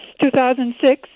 2006